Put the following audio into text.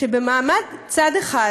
שבמעמד צד אחד